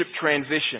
transition